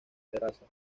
terraza